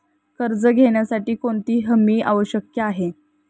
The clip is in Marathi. कर्ज घेण्यासाठी कोणती हमी आवश्यक आहे?